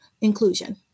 inclusion